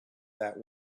that